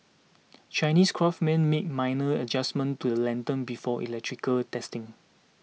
Chinese craftsmen make minor adjustments to the lanterns before electrical testing